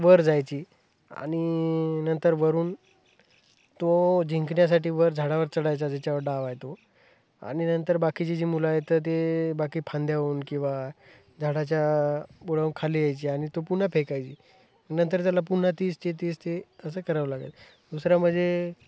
वर जायची आणि नंतर वरून तो जिंकण्यासाठी वर झाडावर चढायचा ज्याच्यावर डाव आहे तो आणि नंतर बाकीची जी मुलं आहे तर ते बाकी फांद्याहून किंवा झाडाच्या बुडाहून खाली यायची आणि तो पुन्हा फेकायची नंतर त्याला पुन्हा तेच ते ते च ते असं करावं लागेल दुसरा म्हणजे